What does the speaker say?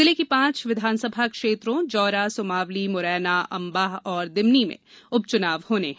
जिले की पांच विधानसभा क्षेत्रों जौरा सुमावली मुरैना अंबाह और दिमनी में उपचुनाव होने है